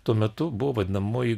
tuo metu buvo vadinamoji